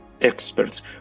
experts